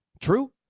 True